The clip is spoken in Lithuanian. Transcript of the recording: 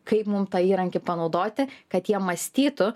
kaip mum tą įrankį panaudoti kad jie mąstytų